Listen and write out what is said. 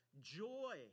joy